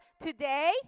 today